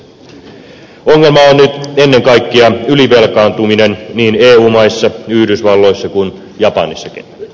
ongelma on nyt ennen kaikkea ylivelkaantuminen niin eu maissa yhdysvalloissa kuin japanissakin